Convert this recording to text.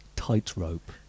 tightrope